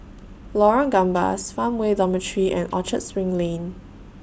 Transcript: Lorong Gambas Farmway Dormitory and Orchard SPRING Lane